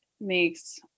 makes